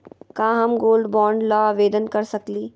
का हम gold bond ल आवेदन कर सकली?